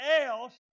else